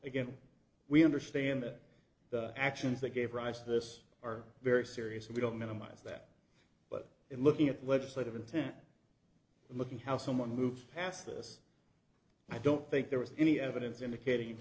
again we understand that the actions that gave rise to this are very serious and we don't minimize that but in looking at legislative intent and looking how someone moves past this i don't think there was any evidence indicating